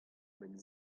benn